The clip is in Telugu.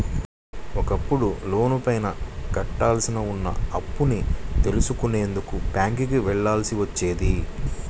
ఒకప్పుడు లోనుపైన కట్టాల్సి ఉన్న అప్పుని తెలుసుకునేందుకు బ్యేంకుకి వెళ్ళాల్సి వచ్చేది